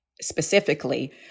specifically